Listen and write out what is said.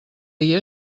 dir